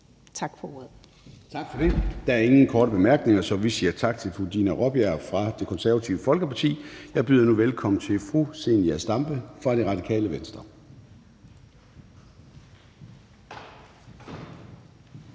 (Søren Gade): Tak for det. Der er ingen korte bemærkninger, så vi siger tak til fru Dina Raabjerg fra Det Konservative Folkeparti. Jeg byder nu velkommen til fru Zenia Stampe fra Radikale Venstre.